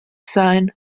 sein